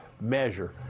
measure